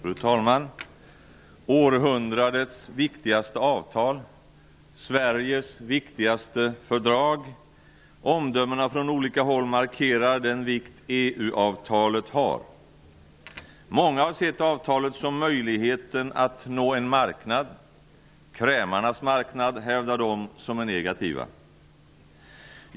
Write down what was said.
Fru talman! Århundradets viktigaste avtal, Sveriges viktigaste fördrag -- omdömena från olika håll markerar den vikt EU-avtalet har. Många har sett avtalet som möjligheten att nå en marknad -- krämarnas marknad hävdar de som är negativa.